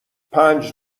پنج